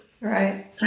Right